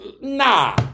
Nah